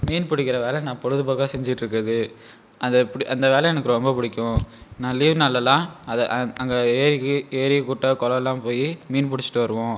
மீன் பிடிக்கிற வேலை நான் பொழுது போக்காக செஞ்சிட்டுருக்கது அதை அந்த வேலை எனக்கு ரொம்ப பிடிக்கும் நான் லீவ் நாள்லலாம் அதை அங்கே ஏரிக்கு ஏரி குட்டை குளோலாம் போய் மீன் புடிச்ட்டு வருவோம்